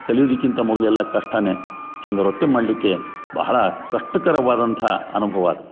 ಕಲಿಯುದಕ್ಕಿಂತ ಮೊದಲು ಎಲ್ಲಾ ಕಷ್ಟವೇ ಹಂಗೆ ರೊಟ್ಟಿ ಮಾಡಲ್ಲಕ್ಕೆ ಬಹಳ ಕಷ್ಟಕರವಾದಂಥ ಅನುಭವ ಅದು